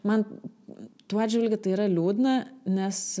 man tuo atžvilgiu tai yra liūdna nes